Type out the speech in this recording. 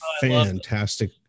Fantastic